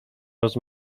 roz